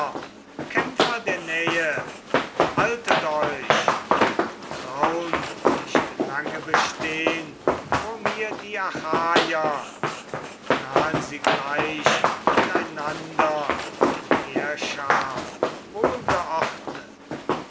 kämpfer der nähe haltet euch traun nicht lange bestehn vor mir die achaier nahen sie gleich miteinander in heerschar